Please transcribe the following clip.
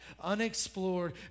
unexplored